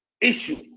issue